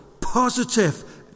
positive